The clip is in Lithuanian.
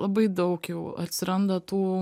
labai daug jau atsiranda tų